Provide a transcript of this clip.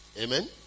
Amen